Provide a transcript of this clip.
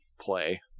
play